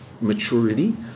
maturity